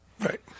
right